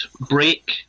break